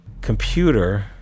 computer